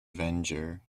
avenger